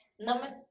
Number